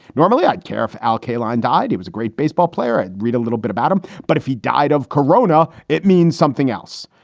normally i'd care if alkaline died. it was a great baseball player. i read a little bit about him, but if he died of corona, it means something else.